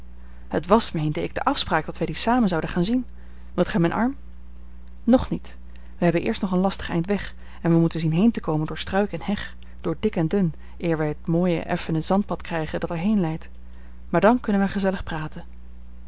het was meende ik de afspraak dat wij die samen zouden gaan zien wilt gij mijn arm nog niet wij hebben eerst nog een lastig eind weg en wij moeten zien heen te komen door struik en heg door dik en dun eer wij het mooie effene zandpad krijgen dat er heenleidt maar dan kunnen wij gezellig praten